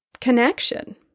connection